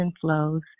flows